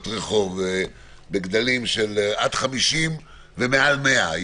רחוב בגדלים של עד 50 מ"ר ומעל 100 מ"ר,